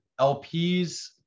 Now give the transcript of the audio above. LPs